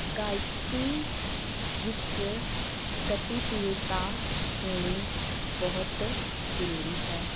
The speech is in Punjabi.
ਗਾਇਕੀ ਵਿੱਚ ਗਤੀਸ਼ੀਲਤਾ ਹੋਣੀ ਬਹੁਤ ਜ਼ਰੂਰੀ ਹੈ